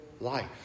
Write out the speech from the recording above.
life